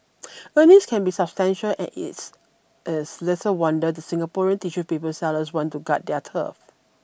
earnings can be substantial and it's is little wonder the Singaporean tissue paper sellers want to guard their turf